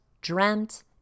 dreamt